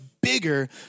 bigger